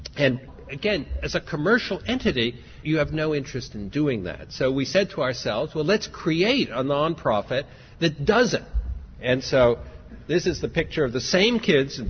and again as a commercial entity you have no interest in doing that so we said to ourselves so but let's create a non-profit that does it and so this is the picture of the same kids,